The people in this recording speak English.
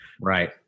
Right